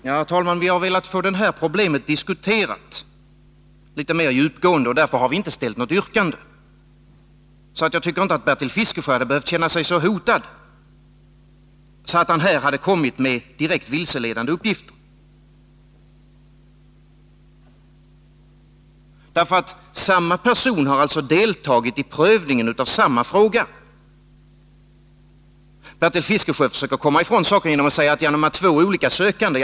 Herr talman! Vi har velat få detta problem diskuterat litet mer djupgående, och därför har vi inte ställt något yrkande. Jag tycker inte att Bertil Fiskesjö hade behövt känna sig så hotad att han kom med vilseledande uppgifter. Det är alltså fråga om att samma person har deltagit i prövningen av samma fråga vid två olika tillfällen. Bertil Fiskesjö försöker komma ifrån saken genom att säga att det är två olika sökande.